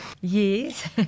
yes